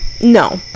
no